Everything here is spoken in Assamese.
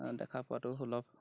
দেখা পোৱাটো সুলভ